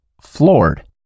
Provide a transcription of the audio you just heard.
floored